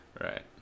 Right